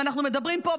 ואנחנו מדברים פה,